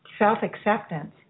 self-acceptance